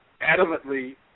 adamantly